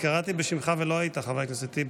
אני קראתי בשמך ולא היית, חבר הכנסת טיבי.